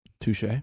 Touche